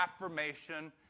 affirmation